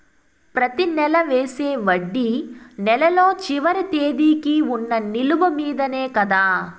ప్రతి నెల వేసే వడ్డీ నెలలో చివరి తేదీకి వున్న నిలువ మీదనే కదా?